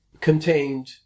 contained